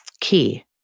key